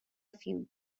few